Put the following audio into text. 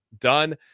done